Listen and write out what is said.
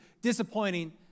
disappointing